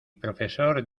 profesor